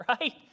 right